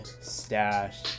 stash